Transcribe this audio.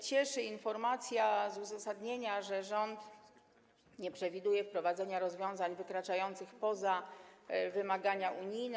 Cieszy informacja z uzasadnienia, że rząd nie przewiduje wprowadzenia rozwiązań wykraczających poza wymagania unijne.